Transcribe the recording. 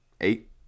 eight